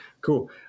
Cool